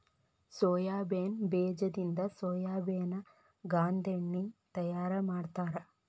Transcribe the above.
soybean ಬೇಜದಿಂದ ಸೋಯಾಬೇನ ಗಾಂದೆಣ್ಣಿ ತಯಾರ ಮಾಡ್ತಾರ